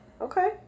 okay